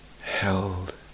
held